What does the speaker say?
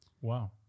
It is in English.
wow